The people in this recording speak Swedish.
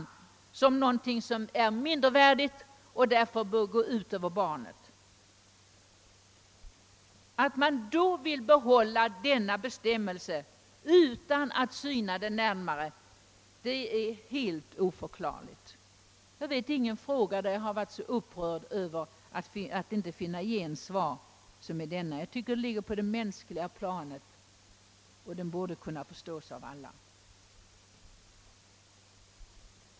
Vi ser det inte längre som ett mindervärdigt förhållande, som bör gå ut över barnet. Att man då vill behålla denna bestämmelse utan att syna den närmare är helt oförklarligt. Jag vet ingen fråga där jag varit så upprörd över att inte finna något gensvar som i denna punkt. Den ligger på det mänskliga planet och borde kunna förstås av alla.